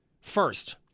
first